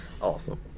Awesome